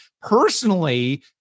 personally